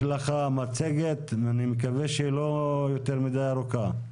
יש לך מצגת ואני מקווה שהיא לא יותר מדי ארוכה .